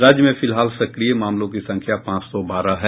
राज्य में फिलहाल सक्रिय मामलों की संख्या पांच सौ बारह है